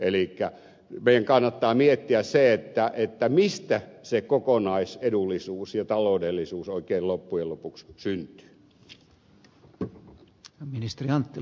elikkä meidän kannattaa miettiä mistä se kokonaisedullisuus ja taloudellisuus oikein loppujen lopuksi syntyy